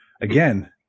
again